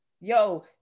Yo